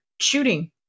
shooting